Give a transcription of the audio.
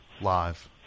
live